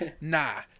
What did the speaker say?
Nah